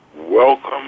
welcome